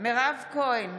מירב כהן,